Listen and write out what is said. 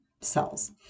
cells